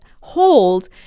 hold—